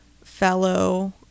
fellow